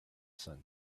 sun